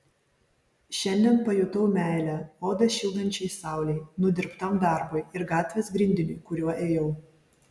šiandien pajutau meilę odą šildančiai saulei nudirbtam darbui ir gatvės grindiniui kuriuo ėjau